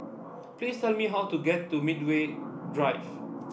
please tell me how to get to Medway Drive